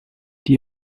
die